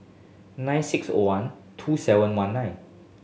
nine six O one two seven one nine